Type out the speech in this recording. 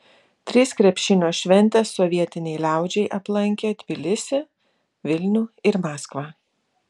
trys krepšinio šventės sovietinei liaudžiai aplankė tbilisį vilnių ir maskvą